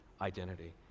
identity